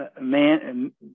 man